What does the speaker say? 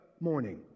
morning